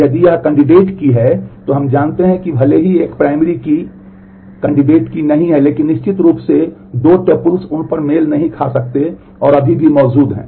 यदि यह एक कैंडिडेट की नहीं है लेकिन निश्चित रूप से दो ट्यूपल्स उन पर मेल नहीं खा सकते हैं और अभी भी मौजूद हैं